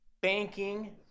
banking